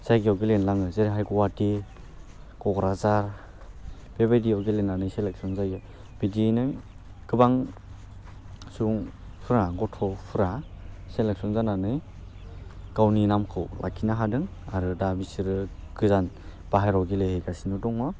जायगायाव गेलेनो लाङो जेरैहाय गुवाहाटि क'क्राझार बेबायदियाव गेलेनानै सेलेक्सन जायो बिदियैनो गोबां सुबुंफ्रा गथ'फ्रा सेलेक्सन जानानै गावनि नामखौ लाखिनो हादों आरो दा बिसोरो गोजान बाहेराव गेले हैगासिनो दङ